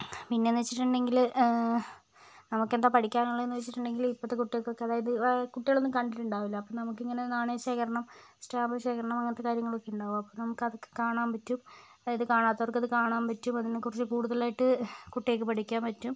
പിന്നേന്ന് വച്ചിട്ടുണ്ടങ്കില് നമുക്കെന്താണ് പഠിക്കാനുള്ളതെന്ന് വച്ചിട്ടുണ്ടെങ്കില് ഇപ്പോഴത്തെ കുട്ടികൾക്കൊക്കെ അതായത് കുട്ടികളൊന്നും കണ്ടിട്ടുണ്ടാവുകയില്ല അപ്പം നമുക്കിങ്ങനെ നാണയ ശേഖരണം സ്റ്റാമ്പ് ശേഖരണം അങ്ങനത്തെ കാര്യങ്ങളൊക്കെ ഉണ്ടാകും അപ്പം നമുക്കതൊക്കെ കാണാൻ പറ്റും അതായത് കാണാത്തവർക്കത് കാണാൻ പറ്റും അതിനേ കുറിച്ച് കൂടുതലായിട്ട് കുട്ടികൾക്ക് പഠിക്കാൻ പറ്റും